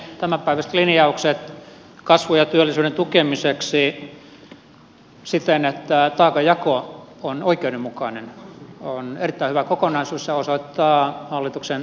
hallituksen tämänpäiväiset linjaukset kasvun ja työllisyyden tukemiseksi siten että taakan jako on oikeudenmukainen ovat erittäin hyvä kokonaisuus ja osoittavat hallituksen toimintakykyä